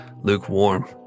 lukewarm